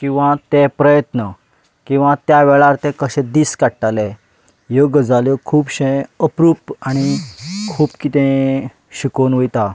किंवा ते प्रयत्न किंवा त्या वेळार ते कशे दीस काडटाले ह्यो गजाल्यो खुबशें अप्रूप आनी खूब किदें शिकोवन वयता